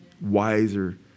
wiser